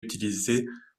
utilisées